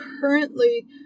currently